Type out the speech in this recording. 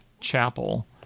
Chapel